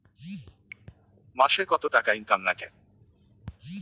মাসে কত টাকা ইনকাম নাগে?